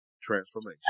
Transformation